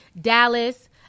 Dallas